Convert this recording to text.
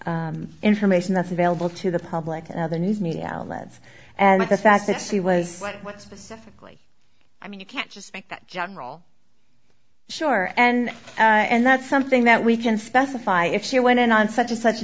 to information that's available to the public and other news media outlets and the fact that she was what specifically i mean you can't just pick the general sure and and that's something that we can specify if she went in on such a such